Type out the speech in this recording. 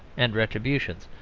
and retributions,